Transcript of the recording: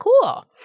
cool